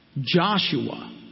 Joshua